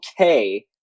okay